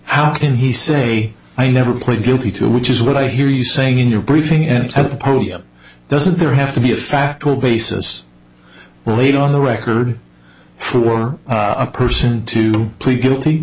how can he say i never plead guilty to which is what i hear you saying in your briefing any type of podium doesn't there have to be a fact or basis laid on the record for a person to plead guilty